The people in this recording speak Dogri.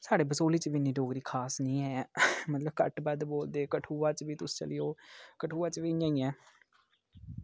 साढ़े बसोली च डोगरी इन्नी खास नी ऐ मतलब घट्ट बद्ध बोलदे कठुआ च बी तुस चली जाओ कठुआ च बी इ'यां इ ऐ